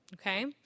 okay